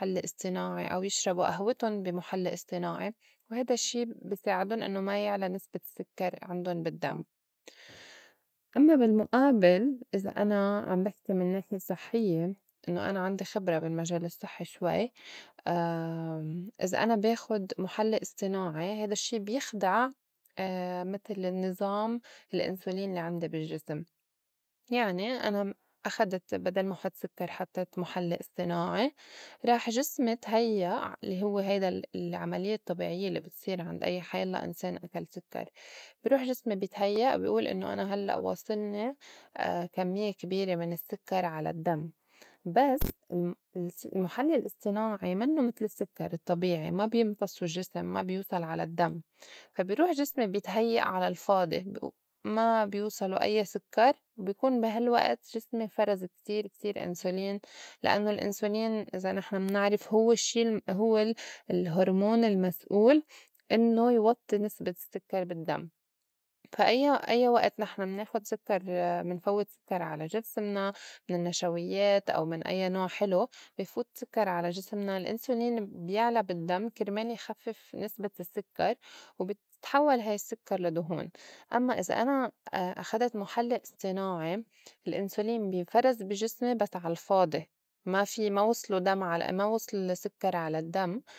مُحلّي اصطناعي أو يشربوا قوتهن بي مُحلي اصطناعي، وهيدا الشّي بي ساعدُن إنّو ما يعلى نسبة السّكر عندُن بالدّم. أمّا بالمُئابِل إزا أنا عم بحكي من ناحية صحيّة إنّو أنا عندي خِِبرة بالمجال الصحّي شوي، إذا أنا باخُد مُحلّي اصطناعي هيدا الشّي بيخدع متل النّظام الإنسولين الّي عندي بالجسم. يعني أنا أخدت بدل ما حُط سكّر حطّيت مُحلّي اصطناعي راح جسمي تهيّئ لي هوّ هيدا ال- العمليّة الطبيعيّة يلّي بتصير عند أي حيالّا إنسان أكل سكّر، بروح جسمي بيتهيّئ بي ئول إنّو أنا هلّأ واصلني كميّة كبيرة من السكّر على الدّم، بس المُ- المُحلّي الاصطناعي منّو متل السكّر الطّبيعي ما بيمتصّوا الجّسم ما بيوصل على الدّم، فا بي روح جسمي بي تهيئ على الفاضي بيئوم ما بيوصلو أيّا سكّر، بي كون بي هالوقت جسمي فرز كتير كتير إنسولين لإنّو الإنسولين إذا نحن منعرف هو الشّي هوّ ال- الهرمون المسؤول إنّو يوطّي نِسبة السكّر بالدّم. فا أيّا- أيّا وقت نحن مناخُد سكّر منفوّت سكّر على جسمنا من النشويّات أو من أيّا نوع حلو بي فوت سكّر على جسمنا الإنسولين بيعلى بالدّم كرمال يخفّف نسبة السكّر و بتتحوّل هاي السكّر لا دهون، أمّا إذا أنا أخدت مُحلّي اصطناعي الأنسولين بينفرز بي جسمي بس عالفاضي ما في ما وصلوا دم ما وصلوا سكّر على الدّم.